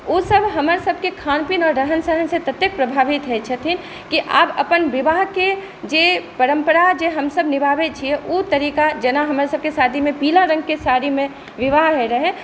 ओसब हमर सबके खानपीन आओर रहनसहनसँ ततेक प्रभावित होइ छथिन कि आब अपन विवाहके जे परम्परा जे हमसब निबाहै छिए ओ तरीका जेना हमर सबके शादीमे पीला रङ्गके साड़ीमे विवाह होइ रहै